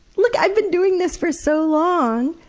look, i've been doing this for so long,